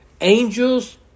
angels